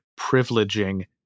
privileging